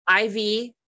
IV